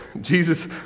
Jesus